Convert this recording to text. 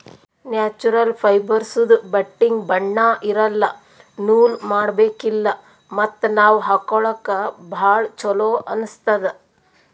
natural ಫೈಬರ್ಸ್ದು ಬಟ್ಟಿಗ್ ಬಣ್ಣಾ ಇರಲ್ಲ ನೂಲ್ ಮಾಡಬೇಕಿಲ್ಲ ಮತ್ತ್ ನಾವ್ ಹಾಕೊಳ್ಕ ಭಾಳ್ ಚೊಲೋ ಅನ್ನಸ್ತದ್